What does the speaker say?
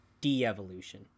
de-evolution